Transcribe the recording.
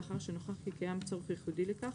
לאחר שנוכח כי קיים צורך ייחודי לכך,